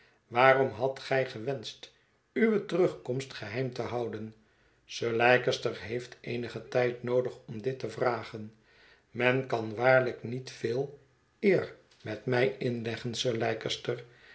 waarom hadt gij gewenscht uwe terugkomst geheim te houden sir leicester heeft eenigen tijd noodig om dit te vragen men kan waarlijk niet veel eer met mij inleggen sir